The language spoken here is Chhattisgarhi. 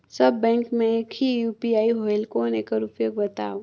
सब बैंक मे एक ही यू.पी.आई होएल कौन एकर उपयोग बताव?